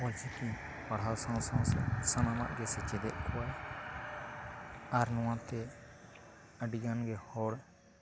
ᱚᱞᱪᱤᱠᱤ ᱯᱟᱲᱦᱟᱣ ᱥᱟᱶ ᱥᱟᱶᱛᱮ ᱥᱟᱱᱟᱢᱟᱜ ᱜᱮ ᱥᱮᱪᱮᱫᱮᱫ ᱠᱚᱣᱟᱭ ᱟᱨ ᱱᱚᱣᱟᱛᱮ ᱟᱹᱰᱤ ᱜᱟᱱ ᱜᱮ ᱦᱚᱲ